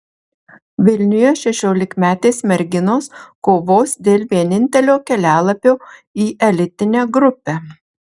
vilniuje šešiolikmetės merginos kovos dėl vienintelio kelialapio į elitinę grupę